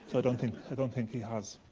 so don't think don't think he has.